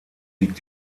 liegt